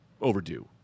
overdue